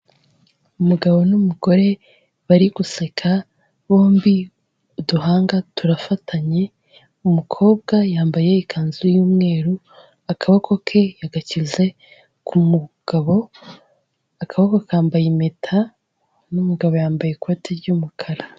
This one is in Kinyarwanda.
Umugabo n'umugore bari guseka bombi uduhanga turafatanye, umukobwa yambaye ikanzu y'umweru akaboko ke yagashyize ku mugabo, akaboko ke kambaye impeta n'umugabo yambaye ikoti ry'umukara.